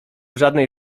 żadnej